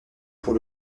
pour